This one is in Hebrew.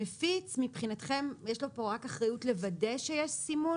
המפיץ מבחינתכם יש לו פה רק אחריות לוודא שיש סימון?